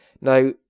Now